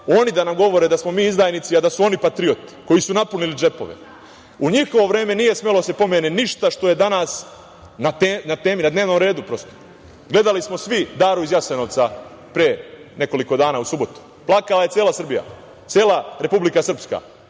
oni da nam govore da smo mi izdajnici, a da su oni patriote koji su napunili džepove.U njihovo vreme nije smelo da se pomene ništa što je danas na dnevnom redu. Gledali smo svi „Daru iz Jasenovca“ pre nekoliko dana, u subotu. Plakala je cela Srbija, cela Republika Srpska,